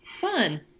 fun